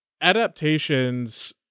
adaptations